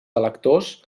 electors